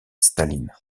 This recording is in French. staline